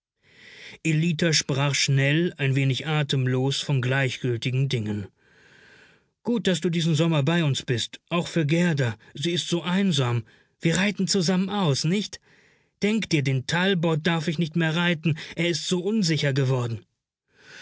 ellita sprach schnell ein wenig atemlos von gleichgültigen dingen gut daß du diesen sommer bei uns bist auch für gerda sie ist so einsam wir reiten zusammen aus nicht denk dir den talboth darf ich nicht mehr reiten er ist so unsicher geworden